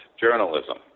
journalism